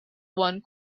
one